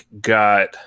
got